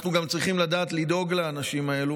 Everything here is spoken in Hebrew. אנחנו גם צריכים לדעת לדאוג לאנשים האלו.